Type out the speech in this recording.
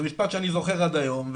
זה משפט שאני זוכר עד היום.